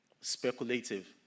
speculative